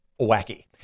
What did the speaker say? wacky